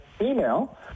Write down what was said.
email